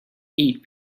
eat